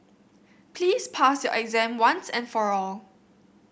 please pass your exam once and for all